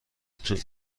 توی